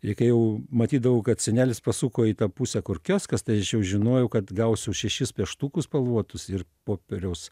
ir kai jau matydavau kad senelis pasuko į tą pusę kur kioskas tai aš jau žinojau kad gausiu šešis pieštukus spalvotus ir popieriaus